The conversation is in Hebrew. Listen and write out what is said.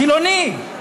חילוני.